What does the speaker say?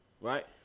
right